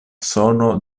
sono